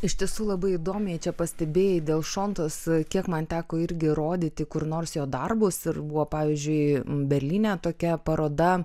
iš tiesų labai įdomiai čia pastebėjai dėl šontos kiek man teko irgi rodyti kur nors jo darbus ir buvo pavyzdžiui berlyne tokia paroda